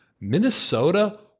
Minnesota